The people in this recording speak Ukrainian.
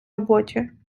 роботі